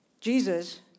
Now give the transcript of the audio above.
Jesus